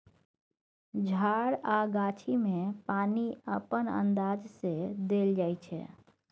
झार आ गाछी मे पानि अपन अंदाज सँ देल जाइ छै